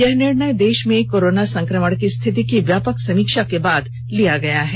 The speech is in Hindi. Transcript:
यह निर्णय देश में कोरोना संक्रमण की स्थिति की व्यापक समीक्षा के बाद लिया गया है